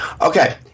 Okay